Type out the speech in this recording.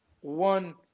one